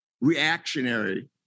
reactionary